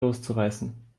loszureißen